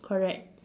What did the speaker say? correct